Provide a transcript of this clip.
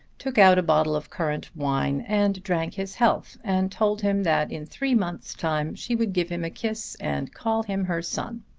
took out a bottle of currant wine and drank his health, and told him that in three months' time she would give him a kiss and call him her son.